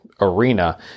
arena